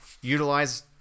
utilize